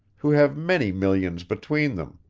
who have many millions between them.